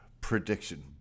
prediction